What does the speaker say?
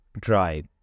drive